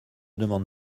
demande